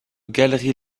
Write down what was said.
galeries